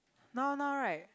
now now right